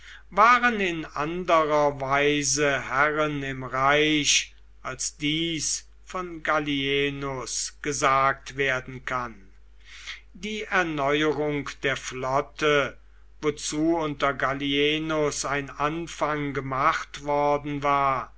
waren in anderer weise herren im reich als dies von gallienus gesagt werden kann die erneuerung der flotte wozu unter gallienus ein anfang gemacht worden war